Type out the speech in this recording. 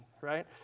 right